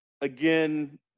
Again